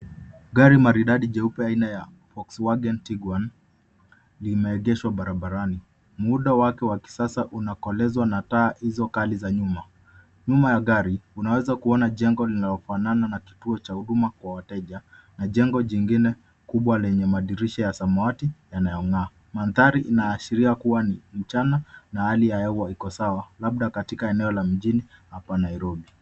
Gari maridadi jeupe aina ya Volkswagen Tiguan limeegeshwa barabarani. Muundo wake wa kisasa unakoelezwa na taa hizo kali za nyuma. Nyuma ya gari unaweza kuona jengo linalofanana na kituo cha huduma kwa wateja na jengo jingine kubwa lenye madirisha ya samawati yanayong'aa. Mandhari inaashiria kuwa ni mchana na hali ya hewa iko sawa labda katika eneo la mjini hapa Nairobi.